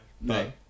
no